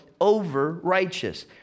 over-righteous